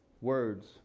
words